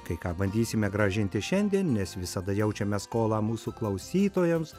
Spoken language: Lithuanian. kai ką bandysime grąžinti šiandien nes visada jaučiame skolą mūsų klausytojams